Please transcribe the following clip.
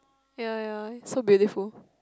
ya ya so beautiful